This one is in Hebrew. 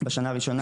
בשנה הראשונה,